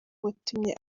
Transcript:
yatumye